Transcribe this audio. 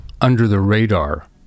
under-the-radar